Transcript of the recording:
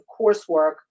coursework